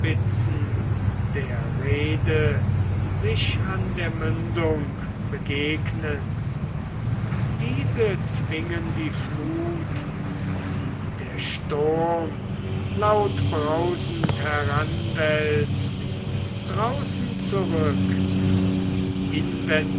der reede sich an der mündung begegnen diese zwingen die flut die der sturm lautbrausend heranwälzt draußen zurück